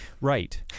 Right